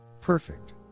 Perfect